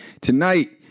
tonight